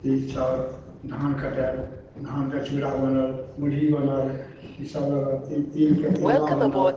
तिल चाउर धान कटाएल धानके चूड़ा बनल मुढ़ी बनल ईसब लऽ कऽ तिलके तिलबा बनल